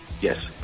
yes